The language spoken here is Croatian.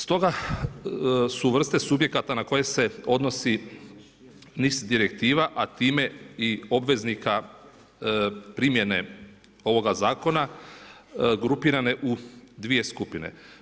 Stoga su vrste subjekata na koje se odnosi NIS direktiva a time i obveznika primjene ovoga zakona grupirane u dvije skupine.